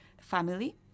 family